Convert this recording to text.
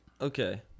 Okay